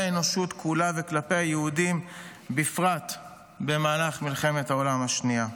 האנושות כולה וכלפי היהודים בפרט במהלך מלחמת העולם השנייה.